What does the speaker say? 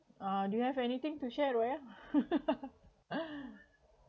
uh do you have anything to share raya